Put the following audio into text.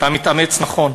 אתה מתאמץ, נכון,